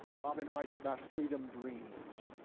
robin writes about freedom dreams.